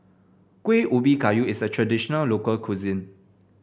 Kuih Ubi Kayu is a traditional local cuisine